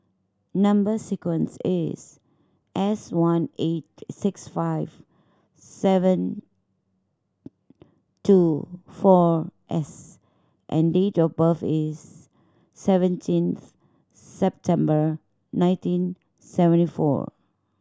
number sequence is S one eight six five seven two four S and date of birth is seventeenth September nineteen seventy four